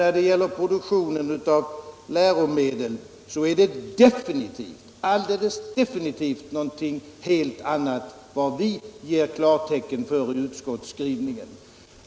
När det gäller produktionen av läromedel är det alldeles definitivt något helt annat än tidigare som vi ger klartecken för i utskottsskrivningen.